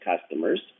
customers